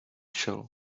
shell